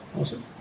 awesome